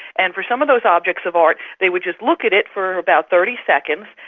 and for some of those objects of art they would just look at it for about thirty seconds,